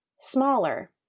smaller